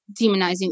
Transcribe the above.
demonizing